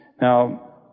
Now